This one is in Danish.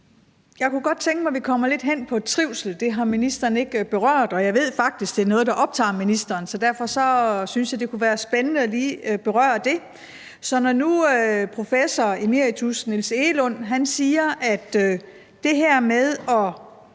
Jeg kunne godt tænke mig, at vi kommer lidt ind på trivsel. Det har ministeren ikke berørt, og jeg ved, at det faktisk er noget, der optager ministeren. Derfor synes jeg, det kunne være spændende lige at berøre det. Når nu professor emeritus Niels Egelund siger, at det her med at